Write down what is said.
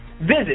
Visit